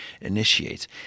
initiates